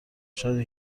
شاید